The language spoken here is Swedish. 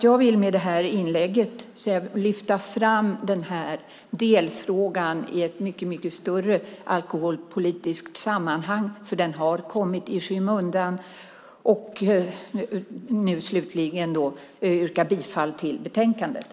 Jag vill med det här inlägget lyfta fram den här delfrågan i ett mycket större alkoholpolitiskt sammanhang. Den har kommit i skymundan. Slutligen yrkar jag bifall till förslaget i betänkandet.